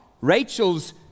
Rachel's